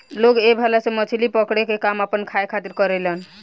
लोग ए भाला से मछली पकड़े के काम आपना खाए खातिर करेलेन